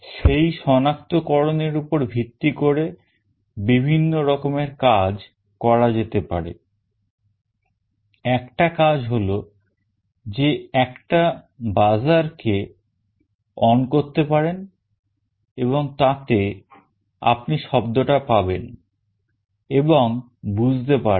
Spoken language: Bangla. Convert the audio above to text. সেই শনাক্তকরণের উপর ভিত্তি করে বিভিন্ন রকমের কাজ করা যেতে পারে একটা কাজ হলো যে একটা buzzerকে on করতে পারেন এবং তাতে আপনি শব্দটা পাবেন এবং বুঝতে পারবেন